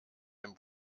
dem